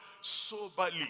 soberly